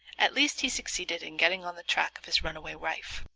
at last he succeeded in getting on the track of his runaway wife.